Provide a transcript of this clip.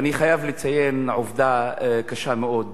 ואני חייב לציין עובדה קשה מאוד.